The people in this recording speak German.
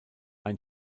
ein